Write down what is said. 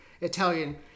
Italian